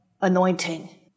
anointing